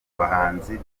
bahanzi